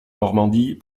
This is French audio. normandie